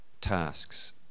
tasks